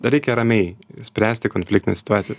reikia ramiai spręsti konfliktines situacijas